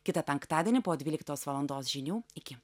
kitą penktadienį po dvyliktos valandos žinių iki